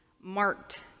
marked